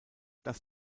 das